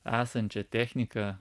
esančią techniką